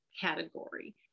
category